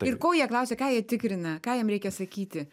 ir ko jie klausė ką jie tikrina ką jiem reikia sakyti